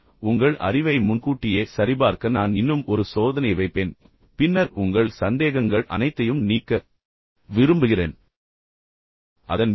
எனவே உங்கள் அறிவை முன்கூட்டியே சரிபார்க்க நான் இன்னும் ஒரு சோதனையை வைப்பேன் பின்னர் உங்கள் சந்தேகங்கள் அனைத்தையும் நீக்க விரும்புகிறேன்